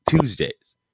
Tuesdays